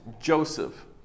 Joseph